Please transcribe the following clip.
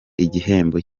igihembo